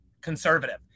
conservative